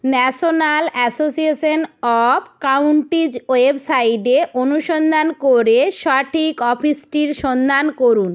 national association of counties ওয়েবসাইটে অনুসন্ধান করে সঠিক অফিসটির সন্ধান করুন